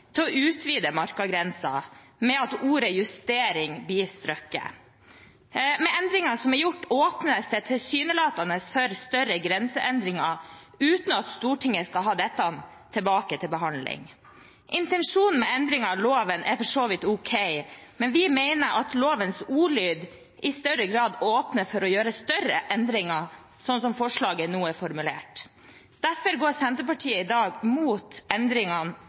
til å utvide markagrensen ved at ordet «justering» blir strøket. Med endringen åpnes det tilsynelatende for større grenseendringer uten at Stortinget skal ha dette tilbake til behandling. Intensjonen med endringen av loven er for så vidt ok, men vi mener at lovens ordlyd i større grad åpner for å gjøre større endringer, slik forslaget nå er formulert. Derfor går Senterpartiet i dag imot endringene